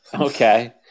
Okay